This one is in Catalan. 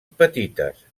petites